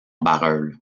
barœul